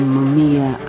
Mumia